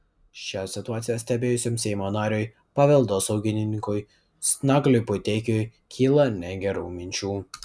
šią situaciją stebėjusiam seimo nariui paveldosaugininkui nagliui puteikiui kyla negerų minčių